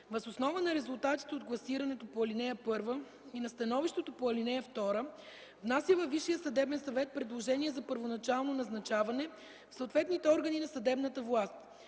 въз основа на резултатите от класирането по ал. 1 и на становището по ал. 2, внася във Висшия съдебен съвет предложение за първоначално назначаване в съответните органи на съдебната власт.